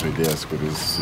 žaidėjas kuris